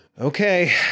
Okay